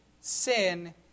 sin